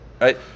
right